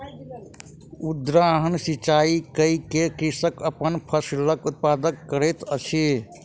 उद्वहन सिचाई कय के कृषक अपन फसिलक उत्पादन करैत अछि